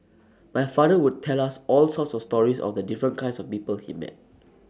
my father would tell us all sorts of stories of the different kinds of people he met